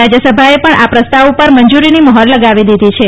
રાજ્યસભાએ પણ આ પ્રસ્તાવ ઉપર મંજુરીની મહોર લગાવી દીધી છે